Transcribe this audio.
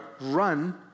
run